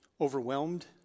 overwhelmed